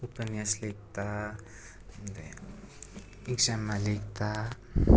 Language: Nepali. उपन्यास लेख्दा एक्जाममा लेख्दा